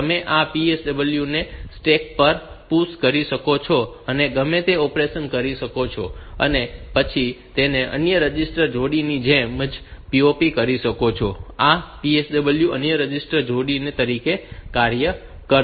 તમે આ PSW ને સ્ટેક પર PUSH કરી શકો છો અને ગમે તે ઑપરેશન કરી શકો છો અને પછી તેને અન્ય રજિસ્ટર જોડીની જેમ જ POP કરી શકો છો અને આ PSW અન્ય રજિસ્ટર જોડી તરીકે કાર્ય કરશે